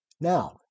Now